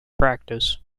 practice